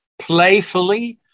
playfully